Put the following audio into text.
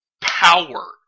power